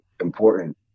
important